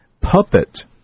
puppet